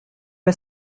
est